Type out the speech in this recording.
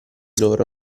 loro